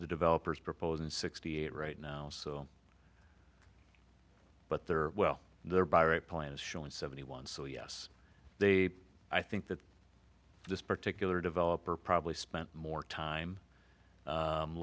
the developers proposed in sixty eight right now so but they're well they're by right plans show in seventy one so yes they i think that this particular developer probably spent more time